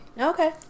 Okay